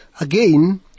again